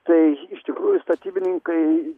tai iš tikrųjų statybininkai